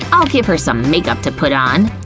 i'll give her some makeup to put on.